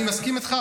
אני מסכים איתך,